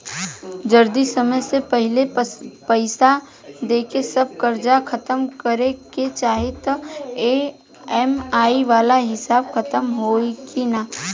जदी समय से पहिले पईसा देके सब कर्जा खतम करे के चाही त ई.एम.आई वाला हिसाब खतम होइकी ना?